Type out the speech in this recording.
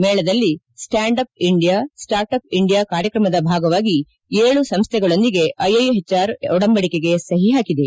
ಮೇಳದಲ್ಲಿ stand up India startup India ಕಾರ್ಯಕ್ರಮದ ಭಾಗವಾಗಿ ಏಳು ಸಂಸ್ಥೆಗಳೊಂದಿಗೆ ಐಐಎಚ್ಆರ್ ಒಡಂಬಡಿಕೆಗೆ ಸಹಿ ಪಾಕಿದೆ